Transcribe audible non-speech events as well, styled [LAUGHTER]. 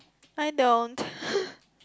I don't [LAUGHS]